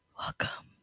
welcome